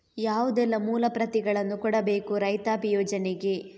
ಯಾವುದೆಲ್ಲ ಮೂಲ ಪ್ರತಿಗಳನ್ನು ಕೊಡಬೇಕು ರೈತಾಪಿ ಯೋಜನೆಗೆ?